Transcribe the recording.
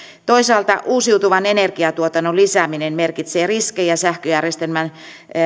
toisaalta uusiutuvan energiatuotannon lisääminen merkitsee riskejä sähköjärjestelmän